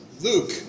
Luke